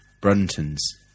Brunton's